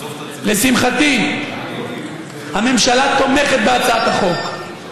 לשמחתי, הממשלה תומכת בהצעת החוק.